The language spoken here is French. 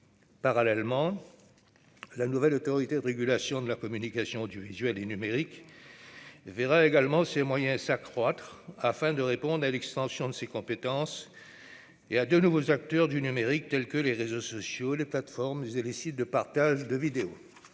parallèle, la nouvelle Autorité de régulation de la communication audiovisuelle et numérique verra également ses moyens s'accroître, en réponse à l'extension de ses compétences à de nouveaux acteurs du numérique, tels que les réseaux sociaux, les plateformes et les sites de partage de vidéos.